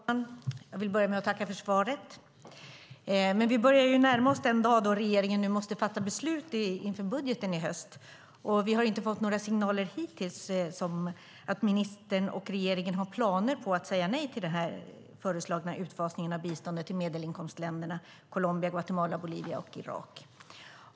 Fru talman! Jag börjar med att tacka för svaret. Vi börjar närma oss den dag då regeringen måste fatta beslut inför budgeten i höst, och vi har hittills inte fått några signaler om att ministern och regeringen planerar att säga nej till den föreslagna utfasningen av biståndet till medelinkomstländerna Colombia, Guatemala, Bolivia och Irak.